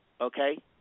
okay